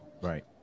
right